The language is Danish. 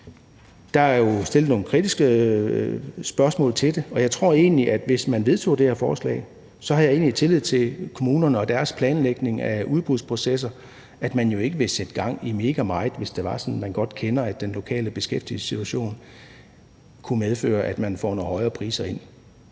Der er jo stillet nogle kritiske spørgsmål til det, og jeg tror egentlig, at hvis man vedtog det her forslag, har jeg tillid til kommunerne og deres planlægning af udbudsprocesser, og man vil jo ikke sætte gang i meget mere, hvis det var sådan, at man godt vidste, at den lokale beskæftigelsessituation kunne medføre, at man fik nogle højere priser ind.